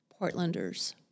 Portlanders